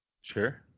Sure